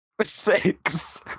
Six